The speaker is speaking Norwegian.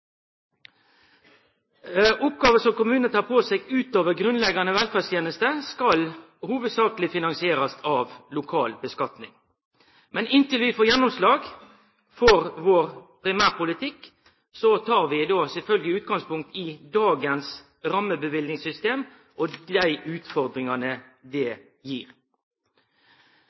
Oppgåver som kommunane tek på seg utover grunnleggjande velferdstenester, skal hovudsakleg finansierast ved lokal skattlegging. Men inntil vi får gjennomslag for vår primærpolitikk, tek vi sjølvsagt utgangspunkt i dagens rammeløyvingssystem og dei utfordringane det gir.